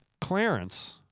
Clarence